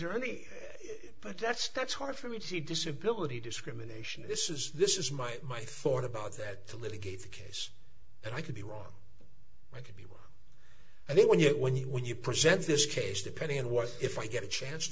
there any but that's that's hard for me to see disability discrimination this is this is my my thought about that to litigate the case and i could be wrong i mean when you when you when you present this case depending on what if i get a chance to